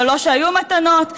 אבל לא שהיו מתנות,